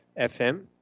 FM